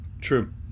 True